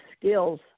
skills